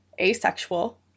asexual